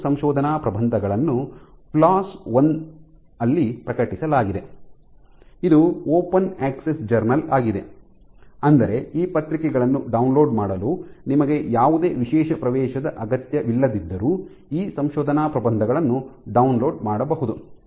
ಈ ಎರಡೂ ಸಂಶೋಧನಾ ಪ್ರಬಂಧಗಳನ್ನು ಪಿಎಲ್ಒಎಸ್ ಒಂದರಲ್ಲಿ ಪ್ರಕಟಿಸಲಾಗಿದೆ ಇದು ಓಪನ್ ಆಕ್ಸೆಸ್ ಜರ್ನಲ್ ಆಗಿದೆ ಅಂದರೆ ಈ ಪತ್ರಿಕೆಗಳನ್ನು ಡೌನ್ಲೋಡ್ ಮಾಡಲು ನಿಮಗೆ ಯಾವುದೇ ವಿಶೇಷ ಪ್ರವೇಶದ ಅಗತ್ಯವಿಲ್ಲದಿದ್ದರೂ ನೀವು ಈ ಸಂಶೋಧನಾ ಪ್ರಬಂಧಗಳನ್ನು ಡೌನ್ಲೋಡ್ ಮಾಡಬಹುದು